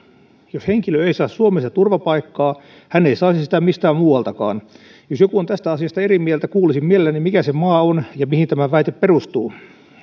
jos henkilö ei saa suomesta turvapaikkaa hän ei saisi sitä mistään muualtakaan jos joku on tästä asiasta eri mieltä kuulisin mielelläni mikä se maa on ja mihin tämä väite perustuu